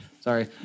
Sorry